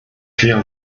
fuir